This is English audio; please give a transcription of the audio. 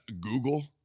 Google